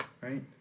right